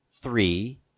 Three